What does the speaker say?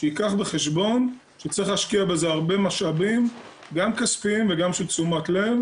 שייקח בחשבון שצריך להשקיע בזה הרבה משאבים גם כספיים וגם של תשומת לב,